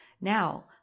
Now